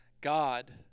God